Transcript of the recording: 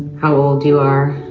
how old you are